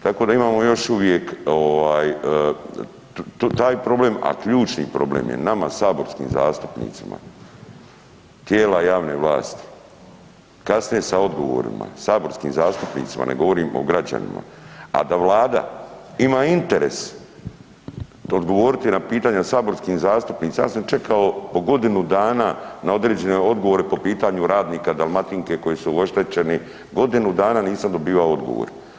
Tako da imam još uvijek taj problem a ključni problem je nama saborskim zastupnicima tijela javne vlasti kasne sa odgovorima, saborskim zastupnicima ne govorim o građanima a da Vlada ima interes odgovoriti na pitanja saborskim zastupnicima, ja sam čekao po godinu dana na određene odgovore po pitanju radnika Dalmatinke koji su oštećeni, godinu dana nisam dobivao odgovor.